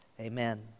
amen